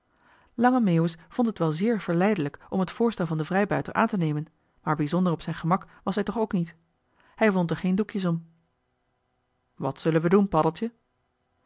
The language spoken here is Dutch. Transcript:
lange meeuwis vond het wel zeer verleidelijk om het voorstel van den vrijbuiter aan te nemen maar bijzonder op zijn gemak was hij toch ook niet hij wond er geen doekjes om wat zullen we doen paddeltje